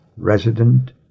resident